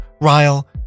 Ryle